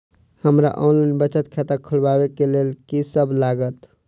हमरा ऑनलाइन बचत खाता खोलाबै केँ लेल की सब लागत?